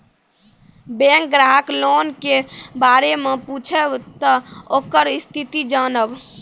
Bank ग्राहक loan के बारे मैं पुछेब ते ओकर स्थिति जॉनब?